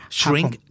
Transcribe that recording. shrink